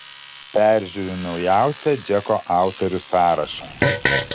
peržiūriu naujausią džeko autorių sąrašą